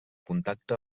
contacte